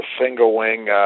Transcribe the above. single-wing